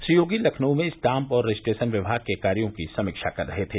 श्री योगी लखनऊ में स्टाम्प और रजिस्ट्रेशन विमाग के कार्यो की समीक्षा कर रहे थे